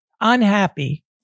unhappy